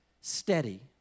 steady